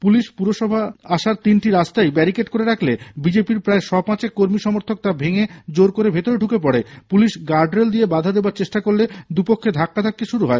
police পুরসভা আসার তিনটি রাস্তাই ব্যারিকেড করে রাখলে বিজেপি র প্রায় শ পাঁচেক কর্মী সমর্থক তা ভেঙে জোর করে ভেতরে ঢুকে পড়ে পুলিশ গার্ড রেল দিয়ে বাধা দেবার চেষ্টা করলে দুপক্ষে ধস্তাধাক্কি শুরু হয়